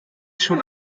schon